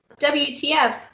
WTF